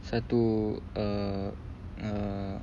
satu uh uh